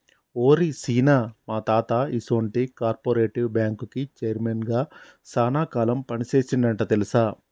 ఓరి సీన, మా తాత ఈసొంటి కార్పెరేటివ్ బ్యాంకుకి చైర్మన్ గా సాన కాలం పని సేసిండంట తెలుసా